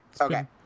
okay